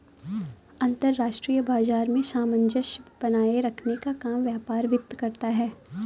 अंतर्राष्ट्रीय बाजार में सामंजस्य बनाये रखने का काम व्यापार वित्त करता है